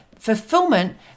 fulfillment